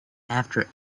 after